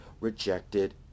rejected